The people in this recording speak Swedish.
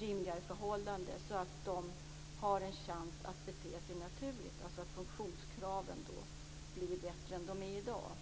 rimliga förhållanden så att de har en chans att bete sig naturligt, dvs. att funktionskraven blir bättre än de är i dag?